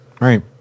Right